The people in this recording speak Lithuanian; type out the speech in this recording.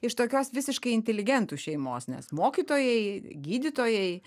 iš tokios visiškai inteligentų šeimos nes mokytojai gydytojai